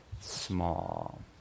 small